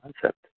concept